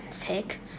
pick